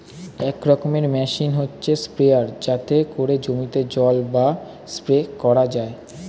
এক রকমের মেশিন হচ্ছে স্প্রেয়ার যাতে করে জমিতে জল বা সার স্প্রে করা যায়